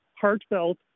heartfelt